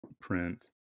print